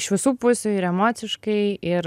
iš visų pusių ir emociškai ir